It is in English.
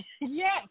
Yes